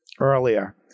earlier